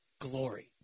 glory